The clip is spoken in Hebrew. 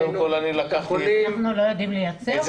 אנחנו לא יודעים לייצר?